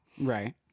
Right